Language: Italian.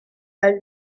dal